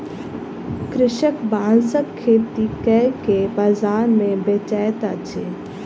कृषक बांसक खेती कय के बाजार मे बेचैत अछि